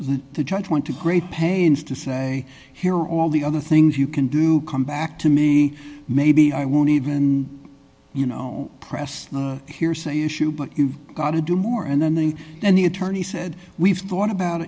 the judge went to great pains to say here all the other things you can do come back to me maybe i will need and you know press hearsay issue but you've got to do more and then and the attorney said we've thought about